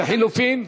לחלופין?